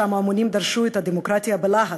שם ההמונים דרשו את הדמוקרטיה בלהט,